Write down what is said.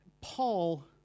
Paul